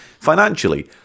financially